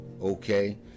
Okay